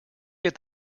get